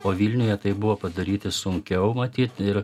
o vilniuje tai buvo padaryti sunkiau matyt ir